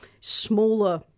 smaller